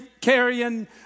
carrying